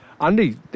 Andy